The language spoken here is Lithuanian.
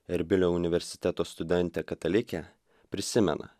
erbilio universiteto studentė katalikė prisimena